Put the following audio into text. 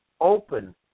open